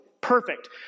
Perfect